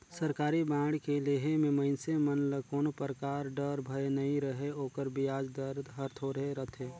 सरकारी बांड के लेहे मे मइनसे मन ल कोनो परकार डर, भय नइ रहें ओकर बियाज दर हर थोरहे रथे